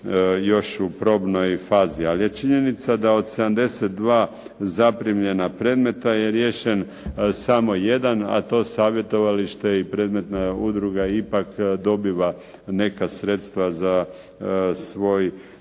još u probnoj fazi. Ali je činjenica da od 72 zaprimljena predmeta je riješen samo jedan, a to savjetovalište i predmetna udruga ipak dobiva neka sredstva za svoj